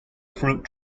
fruit